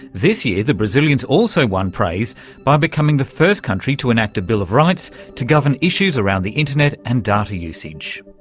this year the brazilians also won praise by becoming the first country to enact a bill of rights to govern issues around the internet and data usage.